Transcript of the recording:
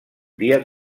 dia